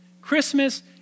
Christmas